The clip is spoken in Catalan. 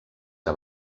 que